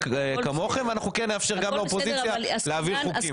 כמוכם ואנחנו כן נאפשר גם לאופוזיציה להעביר חוקים.